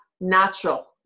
natural